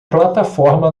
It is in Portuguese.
plataforma